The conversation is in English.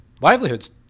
livelihoods